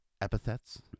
epithets